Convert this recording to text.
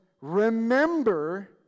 remember